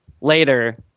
later